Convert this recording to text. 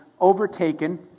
overtaken